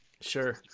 Sure